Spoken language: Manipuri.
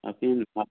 ꯍꯥꯞ ꯄꯦꯟꯅ ꯐꯔꯦ